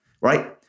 right